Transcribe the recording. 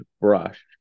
brush